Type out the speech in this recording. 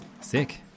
Sick